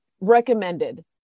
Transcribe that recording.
recommended